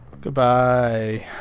Goodbye